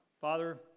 Father